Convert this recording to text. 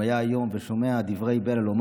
אם הוא היה היום והיה שומע דברי בלע,